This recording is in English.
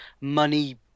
money